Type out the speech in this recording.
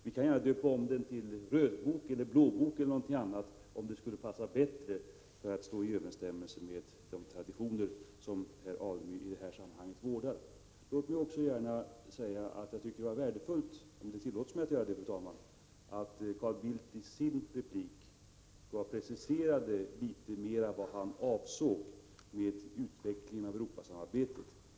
Vi kan gärna döpa om den till en rödbok, blåbok eller något annat, om det bättre skulle stå i överensstämmelse med de traditioner som Stig Alemyr vårdar i detta sammanhang. Låt mig också gärna säga, om det tillåts mig att göra det, fru talman, att jag tycker det var värdefullt att Carl Bildt i sin replik mer preciserade vad han avsåg med utveckling av Europasamarbetet.